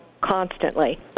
constantly